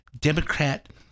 Democrat